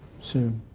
sue?